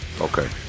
Okay